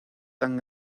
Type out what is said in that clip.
tan